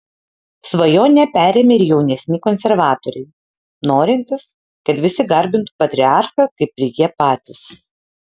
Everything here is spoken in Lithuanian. svajonę perėmė ir jaunesni konservatoriai norintys kad visi garbintų patriarchą kaip ir jie patys